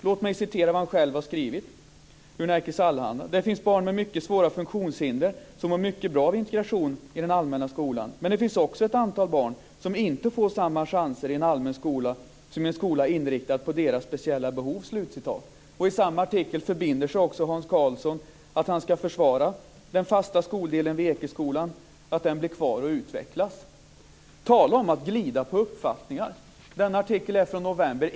Låt mig läsa upp vad han själv har skrivit i Nerikes Allehanda: Det finns barn med mycket svåra funktionshinder som mår mycket bra av integration i den allmänna skolan. Men det finns också ett antal barn som inte får samma chanser i en allmän skola som i en skola inriktad på deras speciella behov. I samma artikel förbinder sig också Hans Karlsson att försvara den fasta skoldelen vid Ekeskolan så att den blir kvar och utvecklas. Tala om att glida på uppfattningar! Denna artikel är från november.